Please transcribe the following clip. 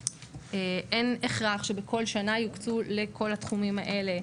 אין הכרח שבכל שנה יוקצו סכומים לכל התחומים האלה,